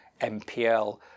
MPL